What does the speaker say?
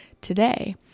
today